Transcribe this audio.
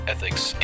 Ethics